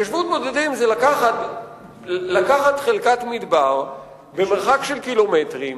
התיישבות בודדים זה לקחת חלקת מדבר במרחק של קילומטרים,